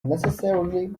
necessarily